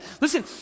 Listen